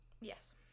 Yes